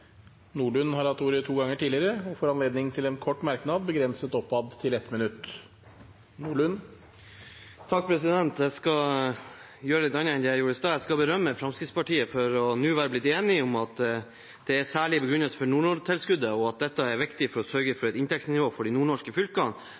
Nordlund har hatt ordet to ganger tidligere og får ordet til en kort merknad, avgrenset til 1 minutt. Jeg skal gjøre noe annet enn jeg gjorde i sted, jeg skal berømme Fremskrittspartiet for nå å ha blitt enig i at det er særlige begrunnelser for Nord-Norge-tilskuddet, og at dette er viktig for å sørge